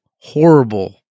horrible